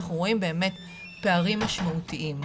אנחנו רואים באמת פערים משמעותיים.